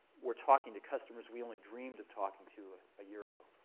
we're talking to customers we only dreamed of talking to a year ago.